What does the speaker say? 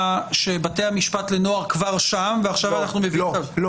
שבתי המשפט לנוער כבר שם ועכשיו --- לא,